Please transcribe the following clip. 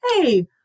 hey